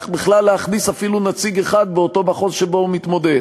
בכלל להכניס אפילו נציג אחד במחוז שבו הוא מתמודד.